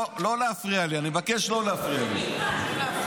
מאיפה הם יגיעו?